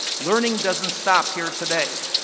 learning doesn't stop here today.